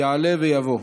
יעלה ויבוא.